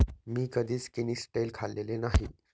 मी कधीच किनिस्टेल खाल्लेले नाही